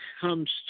comes